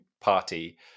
party